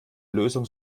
lösung